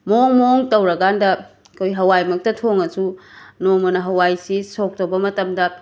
ꯃꯑꯣꯡ ꯃꯑꯣꯡ ꯇꯧꯔꯀꯥꯟꯗ ꯑꯩꯈꯣꯏ ꯍꯋꯥꯏꯃꯛꯇ ꯊꯣꯡꯉꯁꯨ ꯅꯣꯡꯃꯅ ꯍꯋꯥꯏꯁꯤ ꯁꯣꯛ ꯇꯧꯕ ꯃꯇꯝꯗ